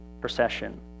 procession